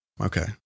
Okay